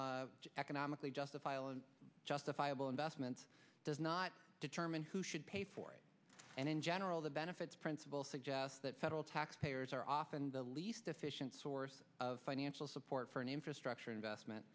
additional economically justifiable and justifiable investments does not determine who should pay for it and in general the benefits principle suggests that federal taxpayers are often the least efficient source of financial support for an infrastructure investment